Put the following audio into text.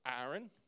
Aaron